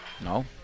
No